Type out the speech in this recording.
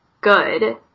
good